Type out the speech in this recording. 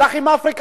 הלך עם אפריקה,